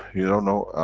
you don't know,